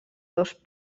dos